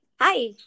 hi